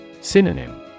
Synonym